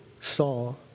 saw